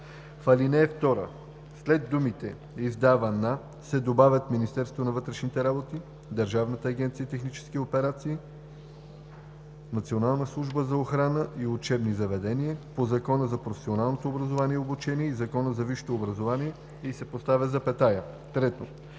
ал. 2 след думите „издава на“ се добавят „Министерството на вътрешните работи, Държавната агенция „Технически операции“, Националната служба за охрана и учебни заведения, по Закона за професионалното образование и обучение и Закона за висшето образование“ и се поставя запетая. 3.